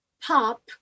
pop